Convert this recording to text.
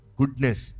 goodness